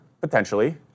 Potentially